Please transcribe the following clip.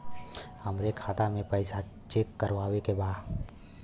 हमरे खाता मे पैसा चेक करवावे के बा?